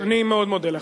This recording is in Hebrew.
אני מאוד מודה לך.